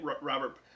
Robert